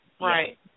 Right